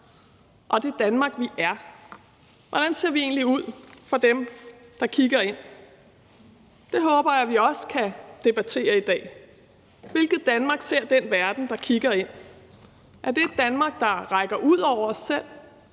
og det Danmark, vi er. Og hvordan ser vi egentlig ud for dem, der kigger ind i? Det håber jeg også vi kan debattere i dag. Hvilket Danmark ser den verden, der kigger ind? Er det et Danmark, der rækker ud over os selv,